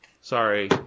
Sorry